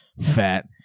fat